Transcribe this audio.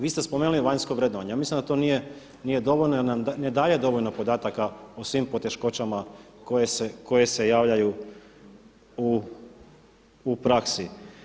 Vi ste spomenuli vanjsko vrednovanje, ja mislim da to nije dovoljno jer nam ne daje dovoljno podataka o svim poteškoćama koje se javljaju u praksi.